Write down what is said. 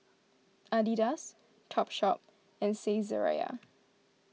Adidas Topshop and Saizeriya